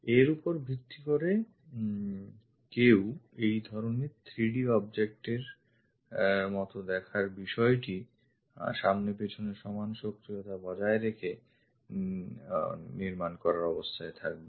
এর ওপর ভিত্তি করে কেউ এই ধরনের থ্রিডি অবজেক্ট এর মত দেখার বিষয়টি সামনে পেছনে সমান সক্রিয়তা বজায় রেখে নির্মান করার অবস্থায় থাকবে